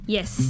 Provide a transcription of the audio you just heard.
Yes